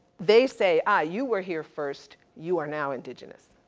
they say ah you were here first, you are now indigenous.